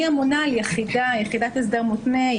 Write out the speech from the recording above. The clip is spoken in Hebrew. אני אמונה על יחידת הסדר מותנה.